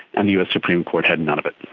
and the us supreme court had none of it.